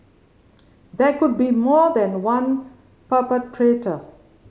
there could be more than one perpetrator